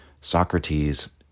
Socrates